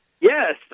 Yes